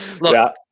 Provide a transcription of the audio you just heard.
Look